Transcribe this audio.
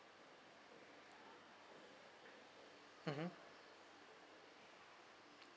mmhmm